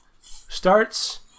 starts